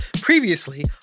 Previously